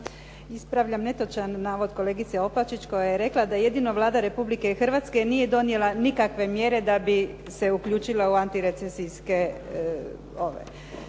Ispravljam netočan navod kolegice Opačić koja je rekla da jedino Vlada Republike Hrvatske nije donijela nikakve mjere da bi se uključila u antirecesijske.